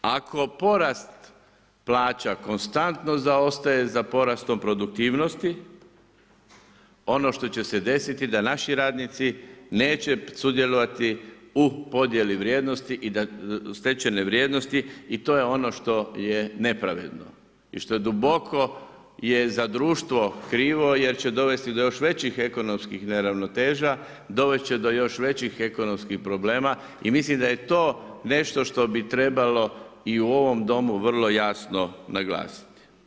Ako porast plaća konstantno zaostaje za porastom produktivnosti ono što će se desiti da naši radnici neće sudjelovati u podjeli vrijednosti, stečene vrijednosti i to je ono što je nepravedno i što je duboko, je za društvo krivo jer će dovesti do još većih ekonomskih neravnoteža, dovesti će do još većih ekonomskih problema i mislim da je to nešto što bi trebalo i u ovom domu vrlo jasno naglasiti.